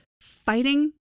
fighting